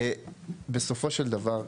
בסופו של דבר,